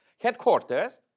headquarters